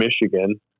Michigan